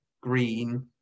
green